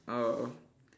uh